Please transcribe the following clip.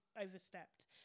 overstepped